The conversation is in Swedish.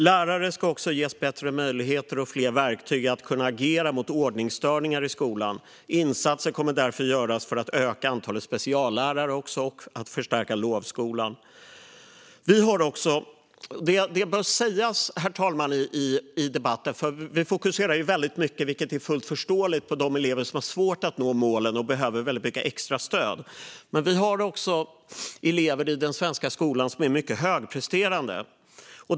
Lärare ska också ges bättre möjligheter och fler verktyg för att kunna agera mot ordningsstörningar i skolan. Insatser kommer därför att göras för att öka antalet speciallärare och förstärka lovskolan. Vi fokuserar väldigt mycket, vilket är fullt förståeligt, på de elever som har svårt att nå målen och som behöver mycket extra stöd. Men det bör i debatten sägas, herr talman, att vi också har elever i den svenska skolan som är mycket högpresterande.